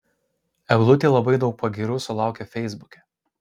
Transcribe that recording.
eglutė labai daug pagyrų sulaukia feisbuke